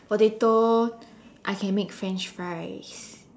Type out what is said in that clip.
potato I can make French fries